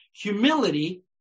Humility